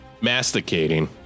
masticating